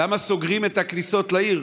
למה סוגרים את הכניסות לעיר?